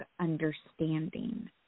understanding